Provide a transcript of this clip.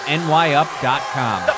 nyup.com